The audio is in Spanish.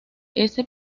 ese